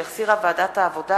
שהחזירה ועדת העבודה,